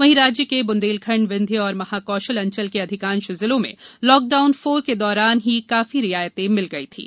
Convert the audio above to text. वहीं राज्य के बुंदेलखंड विंध्य और महाकौशल अंचल के अधिकांश जिलों में लॉकडाउन फोर के दौरान ही काफी रियायतें मिल गयी थीं